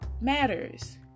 matters